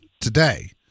today